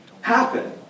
happen